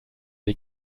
wir